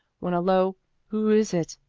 when a low who is it?